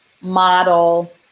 model